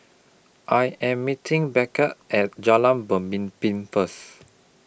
I Am meeting Beckie At Jalan Benmimpin First